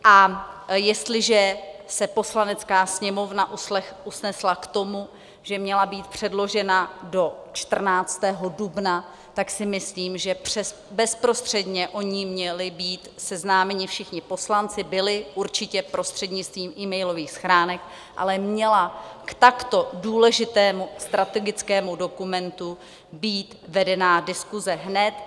A jestliže se Poslanecká sněmovna usnesla k tomu, že měla být předložena do 14. dubna, tak si myslím, že bezprostředně s ní měli být seznámeni všichni poslanci, byli určitě prostřednictvím emailových schránek, ale měla k takto důležitému strategickému dokumentu být vedená diskuse hned.